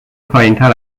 پایینتر